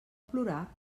plorar